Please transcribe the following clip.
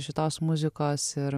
šitos muzikos ir